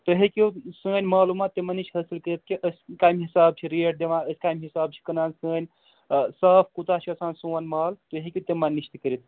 تُہۍ ہیٚکِو سٲنۍ معلوٗمات تِمَن نِش حٲصِل کٔرِتھ کہِ أسۍ کٔمہِ حِساب چھِ ریٹ دِوان أسۍ کٔمہِ حِساب چھِ کٕنان سانۍ صاف کوٗتاہ چھُ آسان سون مال تُہۍ ہیٚکِو تِمَن نِش تہِ کٔرِتھ